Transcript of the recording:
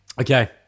okay